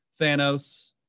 Thanos